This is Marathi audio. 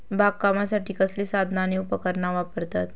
बागकामासाठी कसली साधना आणि उपकरणा वापरतत?